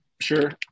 Sure